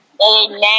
Amen